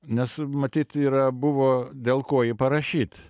nes matyt yra buvo dėl ko jį parašyt